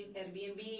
Airbnb